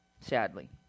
sadly